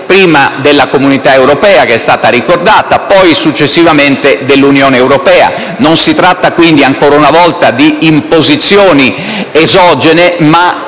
prima della Comunità europea, che è stata ricordata, poi successivamente dell'Unione europea. Non si tratta, quindi, ancora una volta di imposizioni esogene, ma